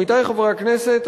עמיתי חברי הכנסת,